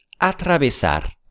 atravesar